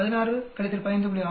62 16 15